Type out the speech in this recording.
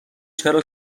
چرا